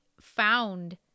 found